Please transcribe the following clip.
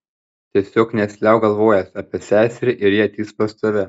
tiesiog nesiliauk galvojęs apie seserį ir ji ateis pas tave